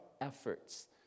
efforts